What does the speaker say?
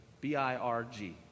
B-I-R-G